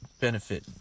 benefit